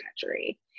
country